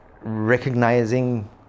recognizing